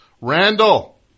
Randall